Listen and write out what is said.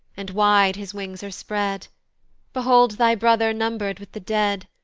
and wide his wings are spread behold thy brother number'd with the dead!